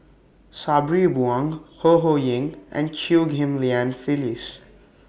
Sabri Buang Ho Ho Ying and Chew Ghim Lian Phyllis